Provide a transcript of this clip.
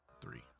Three